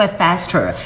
faster 。